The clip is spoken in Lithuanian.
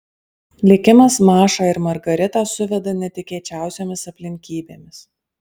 likimas mašą ir margaritą suveda netikėčiausiomis aplinkybėmis